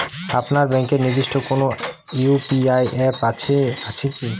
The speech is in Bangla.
আপনার ব্যাংকের নির্দিষ্ট কোনো ইউ.পি.আই অ্যাপ আছে আছে কি?